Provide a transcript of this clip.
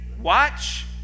watch